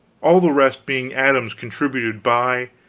all the rest being atoms contributed by,